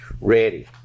ready